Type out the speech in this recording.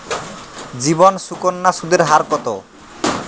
জীবন সুকন্যা সুদের হার কত?